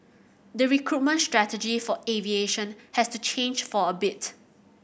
the recruitment strategy for aviation has to change for a bit